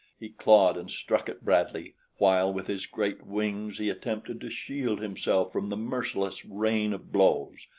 he clawed and struck at bradley while with his great wings he attempted to shield himself from the merciless rain of blows,